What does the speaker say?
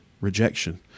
rejection